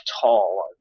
tall